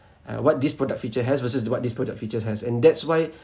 uh what this product feature has versus the what this product features has and that's why